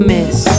Miss